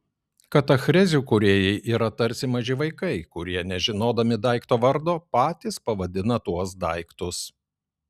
katachrezių kūrėjai yra tarsi maži vaikai kurie nežinodami daikto vardo patys pavadina tuos daiktus